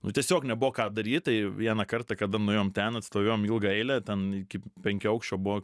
nu tiesiog nebuvo ką daryt tai vieną kartą kada nuėjom ten atstovėjom ilgą eilę ten iki penkiaaukščio buvo